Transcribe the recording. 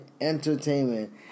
entertainment